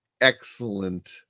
excellent